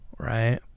Right